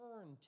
turn